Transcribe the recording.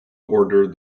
ordered